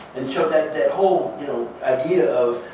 and so that that whole you know idea of,